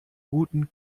guten